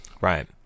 Right